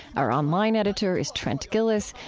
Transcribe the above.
our online editor is trent gilliss,